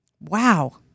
Wow